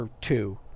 two